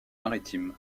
maritime